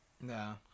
No